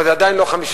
אבל זה עדיין לא 5%,